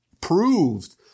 proved